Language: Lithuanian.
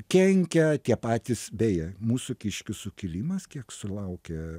kenkia tie patys beje mūsų kiškių sukilimas kiek sulaukė